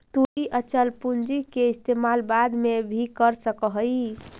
तु इ अचल पूंजी के इस्तेमाल बाद में भी कर सकऽ हे